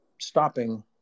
stopping